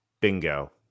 Bingo